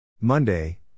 Monday